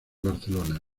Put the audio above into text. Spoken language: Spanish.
barcelona